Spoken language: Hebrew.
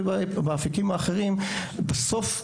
ובאפיקים האחרים בסוף,